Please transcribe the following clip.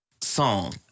song